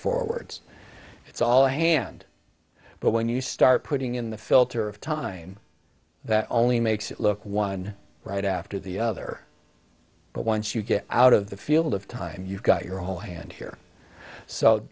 forwards it's all a hand but when you start putting in the filter of time that only makes it look one right after the other but once you get out of the field of time you've got your whole hand here so